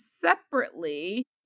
separately